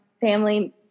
family